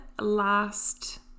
last